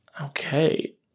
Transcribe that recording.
Okay